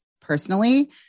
personally